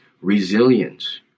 resilience